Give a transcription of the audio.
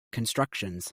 constructions